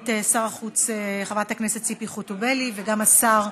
סגנית שר החוץ חברת הכנסת ציפי חוטובלי, וגם שר